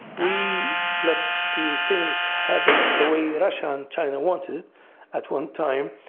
we let the things happen the way russia and china wanted at one time,